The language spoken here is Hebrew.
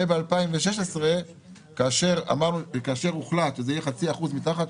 וב-2016 כאשר הוחלט שזה יהיה 0.5% מתחת